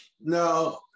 no